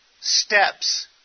steps